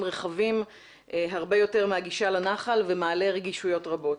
רחבים הרבה יותר מהגישה לנחל ומעלה רגישויות רבות.